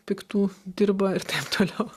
piktų dirba ir taip toliau